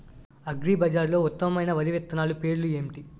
అగ్రిబజార్లో ఉత్తమమైన వరి విత్తనాలు పేర్లు ఏంటి?